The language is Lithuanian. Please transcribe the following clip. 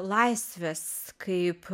laisvės kaip